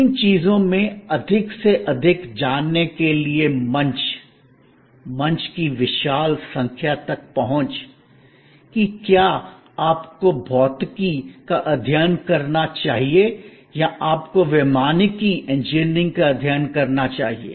इन चीजों में अधिक से अधिक जानने के लिए मंच मंच की विशाल संख्या तक पहुंच कि क्या आपको भौतिकी का अध्ययन करना चाहिए या आपको वैमानिकी इंजीनियरिंग का अध्ययन करना चाहिए